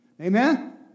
Amen